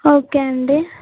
okay అండి